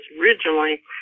originally